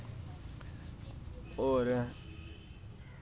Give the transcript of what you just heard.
और